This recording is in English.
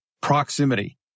proximity